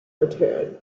return